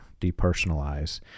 depersonalize